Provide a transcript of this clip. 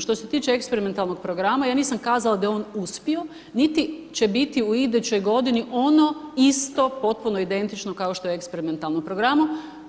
Što se tiče eksperimentalnog programa, ja nisam kazala da je on uspio, niti će biti u idućoj godini ono isto potpuno identično kao što je u eksperimentalnom programu,